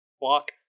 block